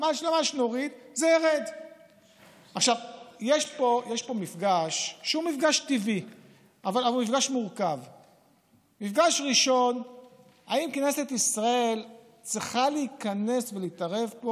זה 60. ואני אומר לך שאם אנחנו עכשיו נוריד,